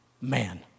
man